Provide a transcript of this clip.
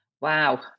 Wow